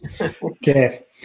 Okay